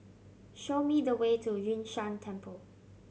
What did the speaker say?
show me the way to Yun Shan Temple